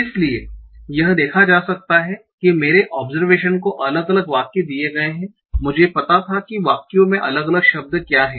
इसलिए यह देखा जा सकता है कि मेरे ओबसरवेशनस को अलग अलग वाक्य दिए गए हैं मुझे पता था कि वाक्यों में अलग अलग शब्द क्या हैं